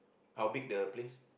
how big the place